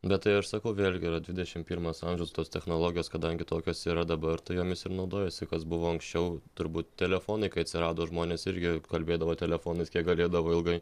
bet tai aš sakau vėlgi yra dvidešimt pirmas amžius tos technologijos kadangi tokios yra dabar tai jomis ir naudojasi kas buvo anksčiau turbūt telefonai kai atsirado žmonės irgi kalbėdavo telefonais kiek galėdavo ilgai